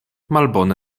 malbone